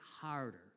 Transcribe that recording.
harder